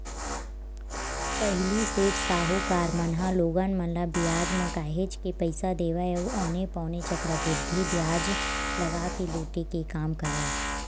पहिली सेठ, साहूकार मन ह लोगन मन ल बियाज म काहेच के पइसा देवय अउ औने पौने चक्रबृद्धि बियाज लगा के लुटे के काम करय